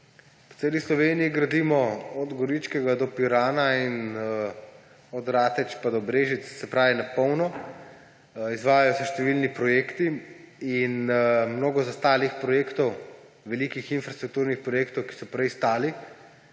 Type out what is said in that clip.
Po celi Sloveniji gradimo, od Goričkega do Pirana in od Rateč pa do Brežic, na polno. Izvajajo se številni projekti in mnogo zastalih projektov, velikih infrastrukturnih projektov, ki so prej stali,